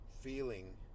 feeling